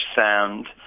sound